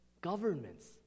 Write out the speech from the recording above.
governments